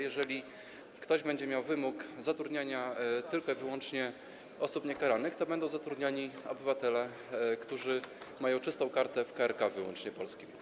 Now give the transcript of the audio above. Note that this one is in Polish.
Jeżeli ktoś będzie miał wymóg zatrudniania tylko i wyłącznie osób niekaranych, to będą zatrudniani obywatele, którzy mają czystą kartę w KRK wyłącznie polskim.